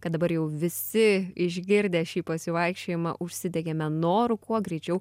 kad dabar jau visi išgirdę šį pasivaikščiojimą užsidegėme noru kuo greičiau